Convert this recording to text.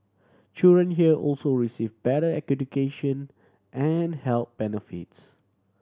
children here also receive better education and health benefits